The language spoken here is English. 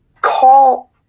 call